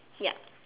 yeap